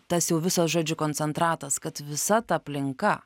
tas jau visas žodžiu koncentratas kad visa ta aplinka